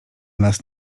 nas